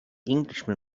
englishman